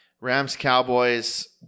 Rams-Cowboys